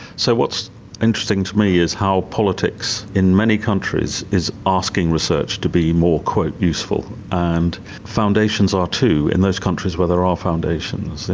so what's interesting to me is how politics in many countries is asking research to be more useful, and foundations are too, in those countries where there are foundations.